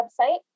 website